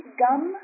gum